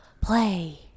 Play